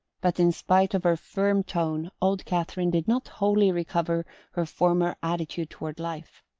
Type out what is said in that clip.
but in spite of her firm tone old catherine did not wholly recover her former attitude toward life.